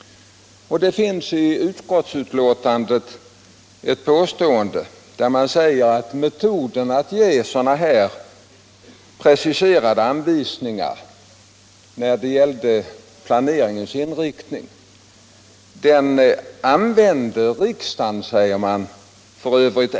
Det finns i utskottets skrivning ett påstående, där man säger: ”Metoden att ge sådana preciserade anvisningar använde riksdagen f.ö.